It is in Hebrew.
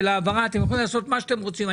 אתם יכולים לעשות מה שאתם רוצים,